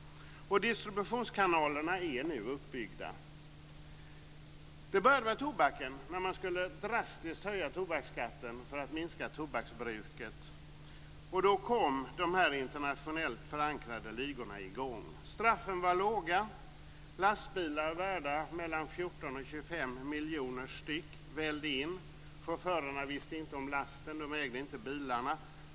Distributionskanalerna är nu uppbyggda. Det började med tobaken, när man drastiskt höjde tobaksskatten för att minska tobaksbruket. Då kom de internationellt förankrade ligorna i gång. Straffen var låga. Lastbilar värda mellan 14 och 25 miljoner styck vällde in i landet. Chaufförerna visste inte vad lasten bestod av. De ägde inte bilarna.